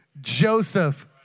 Joseph